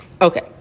Okay